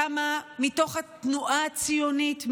מדינת ישראל קמה מתוך התנועה הציונית,